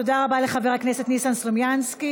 תודה רבה לחבר הכנסת ניסן סלומינסקי.